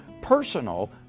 personal